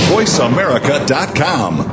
VoiceAmerica.com